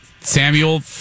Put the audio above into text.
Samuel